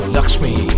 Lakshmi